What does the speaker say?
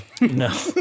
No